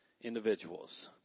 individuals